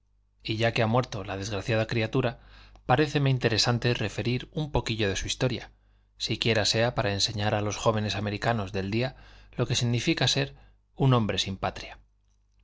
y ya que ha muerto la desgraciada criatura paréceme interesante referir un poquillo de su historia siquiera sea para enseñar a los jóvenes americanos del día lo que significa ser un hombre sin patria